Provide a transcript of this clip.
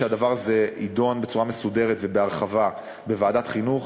שהדבר הזה יידון בצורה מסודרת ובהרחבה בוועדת החינוך,